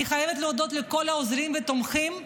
אני חייבת להודות לכל העוזרים והתומכים,